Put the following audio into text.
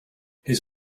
his